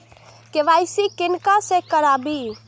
KYC किनका से कराबी?